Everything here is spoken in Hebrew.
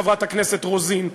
חברת הכנסת רוזין,